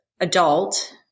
adult